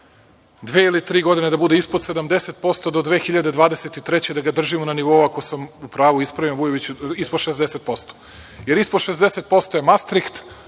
ili tri godine, da bude ispod 70% do 2023. godine, da ga držimo na nivou ako sam u pravu, ispravi me, Vujoviću, ispod 60%, jer ispod 60% je Mastriht,